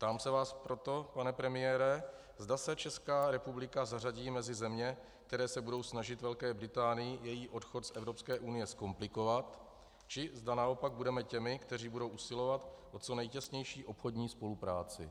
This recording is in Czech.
Ptám se vás proto, pane premiére, zda se Česká republika zařadí mezi země, které se budou snažit Velké Británii její odchod z Evropské unie zkomplikovat, či zda naopak budeme těmi, kteří budou usilovat o co nejtěsnější obchodní spolupráci.